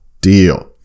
deal